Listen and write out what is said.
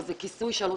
אבל כיסוי ---.